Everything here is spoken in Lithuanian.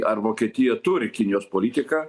ar vokietija turi kinijos politiką